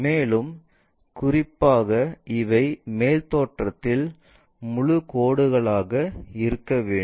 மேலும் குறிப்பாக இவை மேல் தோற்றத்தில் முழு கோடுகளாக இருக்க வேண்டும்